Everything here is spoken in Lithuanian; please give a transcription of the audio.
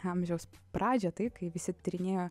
amžiaus pradžią tai kai visi tyrinėjo